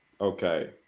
Okay